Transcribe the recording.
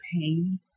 pain